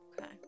Okay